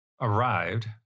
arrived